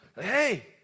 Hey